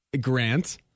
Grant